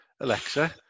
Alexa